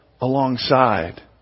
alongside